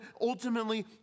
ultimately